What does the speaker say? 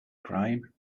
grime